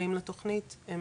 זכאים לתוכנית,